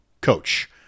coach